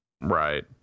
Right